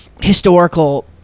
historical